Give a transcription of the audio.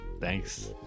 thanks